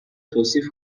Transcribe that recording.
توصیف